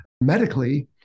medically